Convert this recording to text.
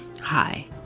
Hi